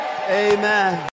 Amen